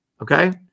Okay